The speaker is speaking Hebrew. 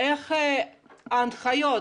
איך ההנחיות